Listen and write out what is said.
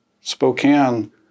Spokane